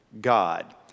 God